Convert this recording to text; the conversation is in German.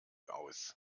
aus